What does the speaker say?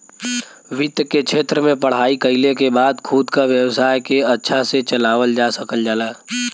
वित्त के क्षेत्र में पढ़ाई कइले के बाद खुद क व्यवसाय के अच्छा से चलावल जा सकल जाला